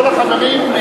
כל החברים,